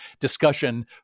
discussion